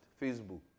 Facebook